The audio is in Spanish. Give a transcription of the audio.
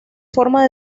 forma